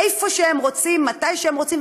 איפה שהם רוצים ומתי שהם רוצים.